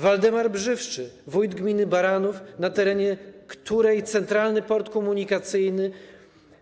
Waldemar Brzywczy, wójt gminy Baranów, na której terenie Centralny Port Komunikacyjny